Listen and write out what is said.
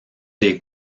des